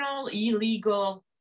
illegal